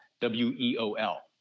W-E-O-L